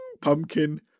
Pumpkin